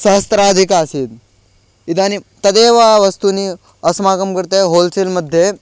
सहस्राधिकमासीत् इदानीं तदेव वस्तूनि अस्माकं कृते होल्सेल् मध्ये